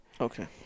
Okay